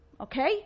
Okay